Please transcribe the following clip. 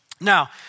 Now